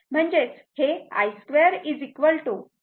म्हणजेच हे i2 Im2sin2θ असे आहे